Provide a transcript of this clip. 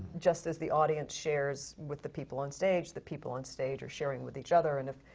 just as the audience shares with the people on stage, the people on stage are sharing with each other, and if,